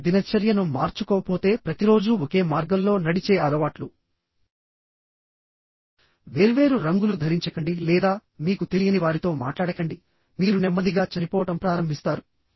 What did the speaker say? మీరు మీ దినచర్యను మార్చుకోకపోతే ప్రతిరోజూ ఒకే మార్గంలో నడిచే అలవాట్లు వేర్వేరు రంగులు ధరించకండి లేదా మీకు తెలియని వారితో మాట్లాడకండిమీరు నెమ్మదిగా చనిపోవడం ప్రారంభిస్తారు